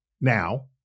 now